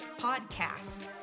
podcast